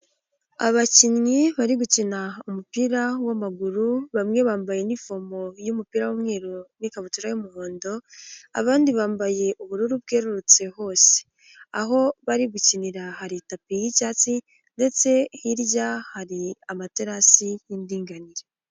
Abakinnyi bari gukina umupira w'amaguru bamwe bambaye inifomo y'umupira w'umweru n'ikabutura y'umuhondo abandi bambaye ubururu bwererutse hose, aho bari gukinira hari itapi y'icyatsi ndetse hirya hari amaterasi y'indinganire.